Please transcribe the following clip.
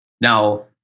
Now